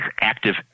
active